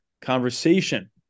conversation